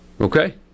Okay